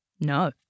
no